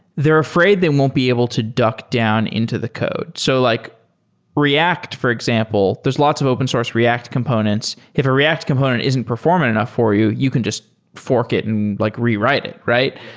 they're afraid they won't be able to duck down into the code. so like react, for example, there're lots of open source react components. if a react component isn't performant enough for you, you can just fork it and like rewrite it, right?